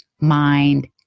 mind